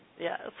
yes